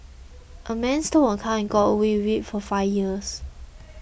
a man stole a car and got away with it for five years